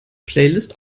playlists